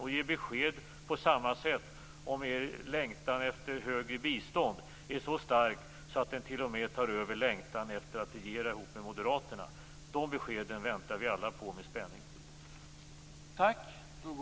Och ge besked på samma sätt om ifall Folkpartiets längtan efter högre bistånd är så stark att den t.o.m. tar över längtan efter att få regera ihop med Moderaterna! De beskeden väntar vi alla på med spänning.